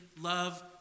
love